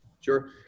sure